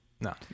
No